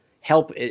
help